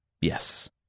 Yes